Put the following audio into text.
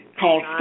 called